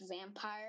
vampire